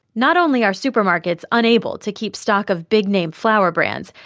not only are supermarkets unable to keep stock of big-name flour brands,